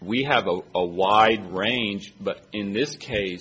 we have a wide range but in this case